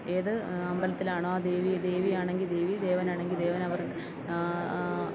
ഏത് അമ്പലത്തിലാണോ ദേവി ദേവി ആണെങ്കിൽ ദേവി ദേവന് ആണെങ്കിൽ ദേവന് അവര്